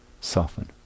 soften